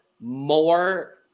more